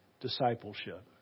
discipleship